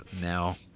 now